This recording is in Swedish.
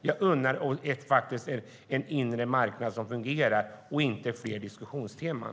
Jag månar om en inre marknad som fungerar och inte fler diskussionsteman.